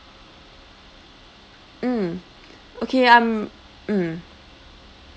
mm okay um mm